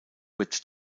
wird